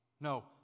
No